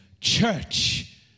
church